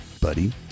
buddy